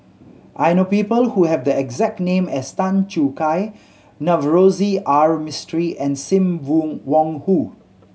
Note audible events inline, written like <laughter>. I know people who have the exact name as Tan Choo Kai Navroji R Mistri and Sim <unintelligible> Wong Hoo